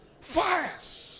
Fires